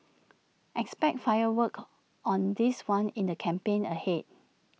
expect fireworks on this one in the campaign ahead